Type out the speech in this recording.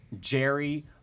Jerry